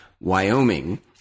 Wyoming